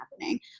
happening